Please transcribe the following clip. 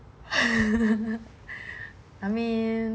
I mean